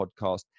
podcast